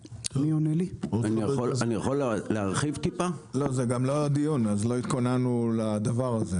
זה גם לא הדיון, אז לא התכוננו לדבר הזה.